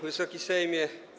Wysoki Sejmie!